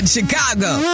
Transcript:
Chicago